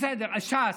בסדר, אז ש"ס.